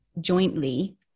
jointly